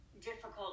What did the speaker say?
difficult